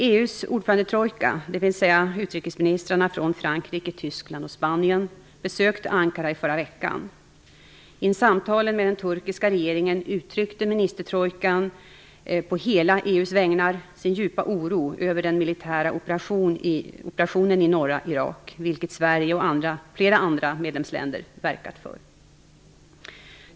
EU:s ordförandetrojka, dvs. utrikesministrarna från Frankrike, Tyskland och Spanien, besökte Ankara i förra veckan. I samtalen med den turkiska regeringen uttryckte ministertrojkan på hela EU:s vägnar sin djupa oro över den militära operationen i norra Irak. Detta har Sverige och flera andra medlemsländer ställt sig bakom.